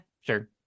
sure